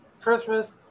Christmas